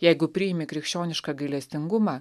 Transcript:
jeigu priimi krikščionišką gailestingumą